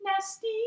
nasty